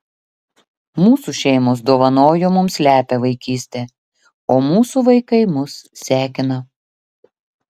mūsų šeimos dovanojo mums lepią vaikystę o mūsų vaikai mus sekina